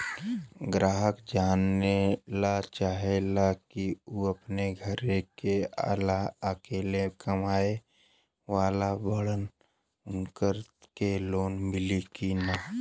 ग्राहक जानेला चाहे ले की ऊ अपने घरे के अकेले कमाये वाला बड़न उनका के लोन मिली कि न?